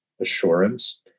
assurance